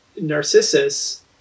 Narcissus